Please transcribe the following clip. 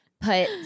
put